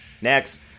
Next